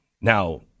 Now